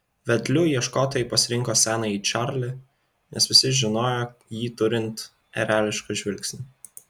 vedliu ieškotojai pasirinko senąjį čarlį nes visi žinojo jį turint erelišką žvilgsnį